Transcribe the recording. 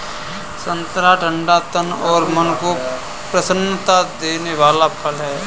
संतरा ठंडा तन और मन को प्रसन्नता देने वाला फल है